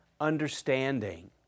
understanding